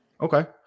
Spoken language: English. Okay